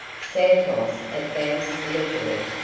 santos advanced leisurely,